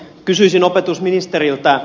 kysyisin opetusministeriltä